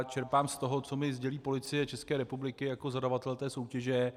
Čerpám z toho, co mi sdělí Policie České republiky jako zadavatel té soutěže.